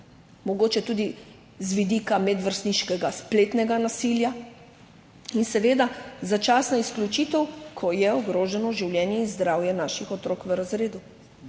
mogoče tudi z vidika medvrstniškega spletnega nasilja. In seveda začasna izključitev, ko je ogroženo življenje in zdravje naših otrok v razredu,